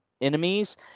enemies